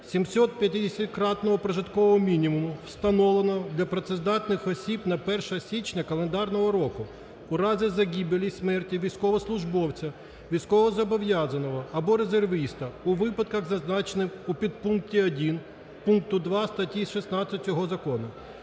"750-кратного прожиткового мінімуму, встановленого для працездатних осіб на 1 січня календарного року у разі загибелі, смерті військовослужбовця, військовозобов'язаного або резервіста, у випадках, зазначених у підпункті 1 пункту 2 статті 16 цього закону";